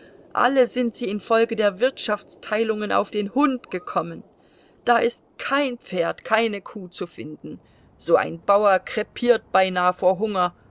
alle sind sie infolge der wirtschaftsteilungen auf den hund gekommen da ist kein pferd keine kuh zu finden so ein bauer krepiert beinah vor hunger